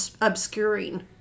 obscuring